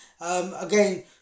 Again